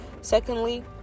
secondly